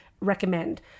recommend